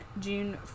june